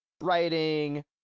writing